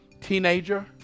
teenager